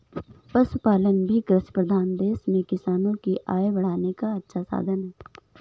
पशुपालन भी कृषिप्रधान देश में किसानों की आय बढ़ाने का अच्छा साधन है